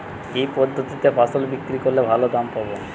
কি পদ্ধতিতে ফসল বিক্রি করলে ভালো দাম পাব?